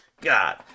god